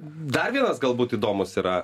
dar vienas galbūt įdomus yra